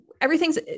everything's